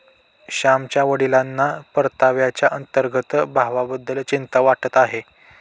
श्यामच्या वडिलांना परताव्याच्या अंतर्गत भावाबद्दल चिंता वाटत आहे